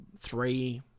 three